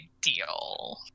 deal